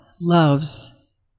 loves